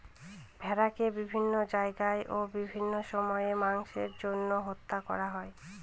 ভেড়াকে বিভিন্ন জায়গায় ও বিভিন্ন সময় মাংসের জন্য হত্যা করা হয়